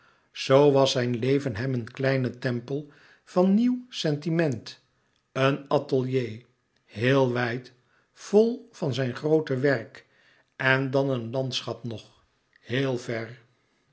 zoo was zijn leven hem een kleine tempel van nieuw sentiment een atelier heel wijd vol van zijn groote werk en dan een landschap nog heel ver